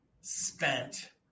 spent